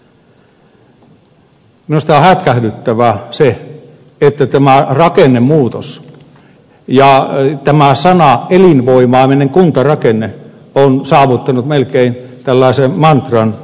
minusta on hätkähdyttävää se että tämä rakennemuutos ja tämä sanapari elinvoimainen kuntarakenne on saavuttanut melkein tällaisen mantran luonteen